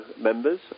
members